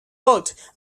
boat